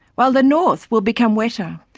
while the north will become wetter.